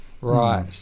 Right